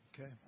Okay